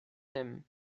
him